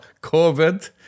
COVID